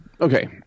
Okay